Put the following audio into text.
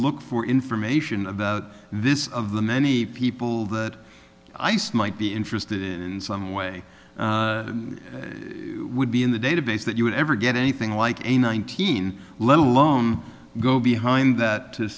look for information about this of the many people that ice might be interested in some way would be in the database that you would ever get anything like a nineteen let alone go behind t